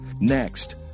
Next